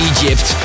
Egypt